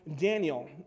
Daniel